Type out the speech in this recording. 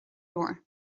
leor